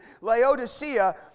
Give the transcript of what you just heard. Laodicea